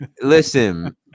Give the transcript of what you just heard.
listen